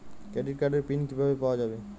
Credit কার্ডের PIN কিভাবে পাওয়া যাবে?